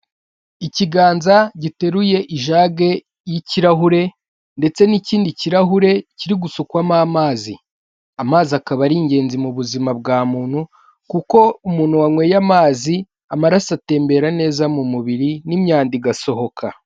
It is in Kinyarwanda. Ikiganza giteruye i jage y'ikirahure ndetse n'ikindi kirahure kiri gusukwamo amazi,, amazi akaba ari ingenzi mu buzima bwa muntu kuko umuntu wanyweye amazi amaraso atembera neza mu mubiri n'imyanda igasohoka.